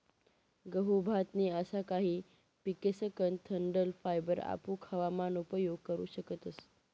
गहू, भात नी असा काही पिकेसकन डंठल फायबर आपू खावा मान उपयोग करू शकतस